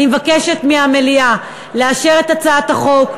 אני מבקשת מהמליאה לאשר את הצעת החוק,